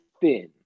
thin